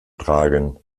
tragen